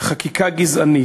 חקיקה גזענית.